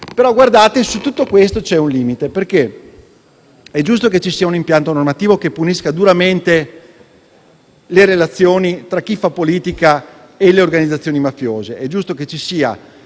Rispetto a tutto questo, però, c'è un limite. È giusto che ci sia un impianto normativo che punisca duramente le relazioni tra chi fa politica e le organizzazioni mafiose